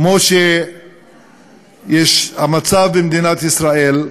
כמו המצב במדינת ישראל,